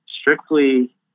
strictly